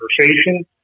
conversation